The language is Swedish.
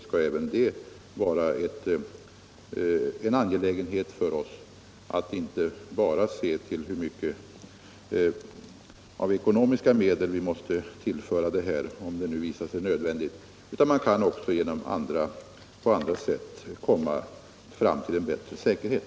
Att öka säkerheten är alltså inte bara en ekonomisk fråga, utan man kan också på andra sätt komma fram till en bättre säkerhet.